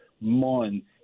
months